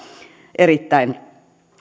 erittäin